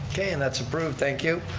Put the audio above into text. okay, and that's approved, thank you.